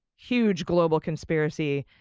huge global conspiracy.